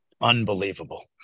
Unbelievable